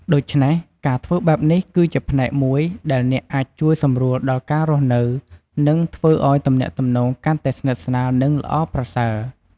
ដូច្នេះ ការធ្វើបែបនេះ គឺជាផ្នែកមួយដែលអ្នកអាចជួយសម្រួលដល់ការរស់នៅ និងធ្វើឲ្យទំនាក់ទំនងកាន់តែស្និទ្ធស្នាល និងល្អប្រសើរ។